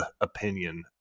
opinion